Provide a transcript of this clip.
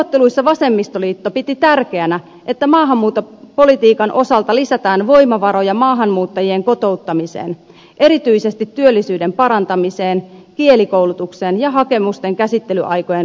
neuvotteluissa vasemmistoliitto piti tärkeänä että maahanmuuttopolitiikan osalta lisätään voimavaroja maahanmuuttajien kotouttamiseen erityisesti työllisyyden parantamiseen kielikoulutukseen ja hakemusten käsittelyaikojen lyhentämiseen